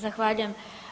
Zahvaljujem.